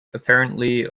apparently